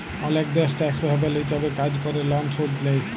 অলেক দ্যাশ টেকস হ্যাভেল হিছাবে কাজ ক্যরে লন শুধ লেই